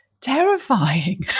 terrifying